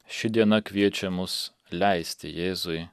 ši diena kviečia mus leisti jėzui